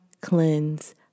cleanse